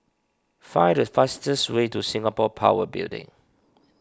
find the fastest way to Singapore Power Building